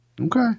Okay